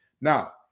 Now